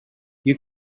you